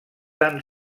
tan